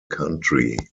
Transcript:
country